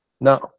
No